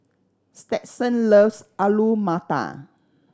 Stetson loves Alu Matar